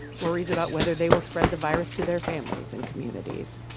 worries about whether they will spread the virus to their families and communities.